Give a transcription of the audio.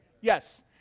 Yes